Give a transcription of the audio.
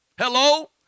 Hello